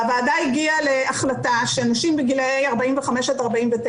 והוועדה הגיעה להחלטה שנשים בגילאי 45-49,